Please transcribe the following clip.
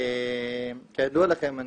כידוע לכם,